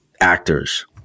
actors